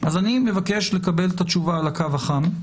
אז אני מבקש לקבל את התשובה על הקו החם,